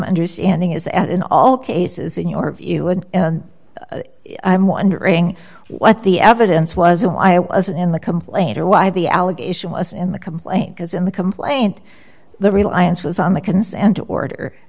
understanding is that in all cases in your view and i'm wondering what the evidence was why i wasn't in the complaint or why the allegation was in the complaint because in the complaint the reliance was on the consent order